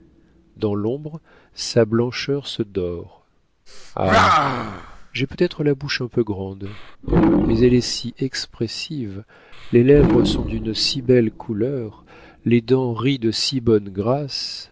dans l'ombre sa blancheur se dore ah j'ai peut-être la bouche un peu grande mais elle est si expressive les lèvres sont d'une si belle couleur les dents rient de si bonne grâce